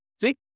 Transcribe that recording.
See